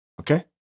Okay